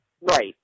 Right